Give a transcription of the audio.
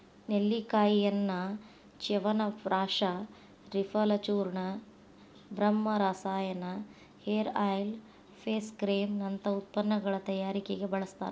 ನೆಲ್ಲಿಕಾಯಿಯನ್ನ ಚ್ಯವನಪ್ರಾಶ ತ್ರಿಫಲಚೂರ್ಣ, ಬ್ರಹ್ಮರಸಾಯನ, hair oil, face cream ನಂತ ಉತ್ಪನ್ನಗಳ ತಯಾರಿಕೆಗೆ ಬಳಸ್ತಾರ